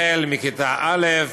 החל מכיתה א'.